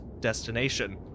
destination